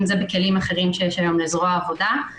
אם זה בכלים אחרים שיש היום לזרוע העבודה,